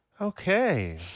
Okay